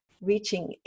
reaching